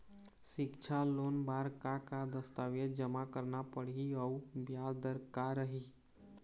सिक्छा लोन बार का का दस्तावेज जमा करना पढ़ही अउ ब्याज दर का रही?